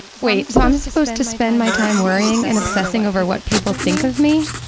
wait. so i'm supposed to spend my time worrying and obsessing over what people think of me?